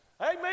Amen